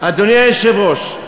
אדוני היושב-ראש,